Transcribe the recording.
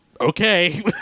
Okay